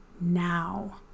now